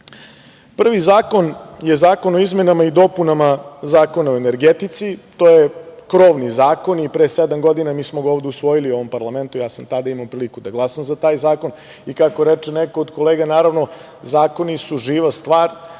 zakon je Zakon o izmenama i dopunama Zakona o energetici, to je krovni zakon i pre sedam godina mi smo ga ovde usvojili u ovom parlamentu, ja sam tada imao priliku da glasam za taj zakon i kako reče neko od kolega, naravno, zakoni su živa stvar,